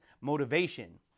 motivation